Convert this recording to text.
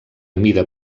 mida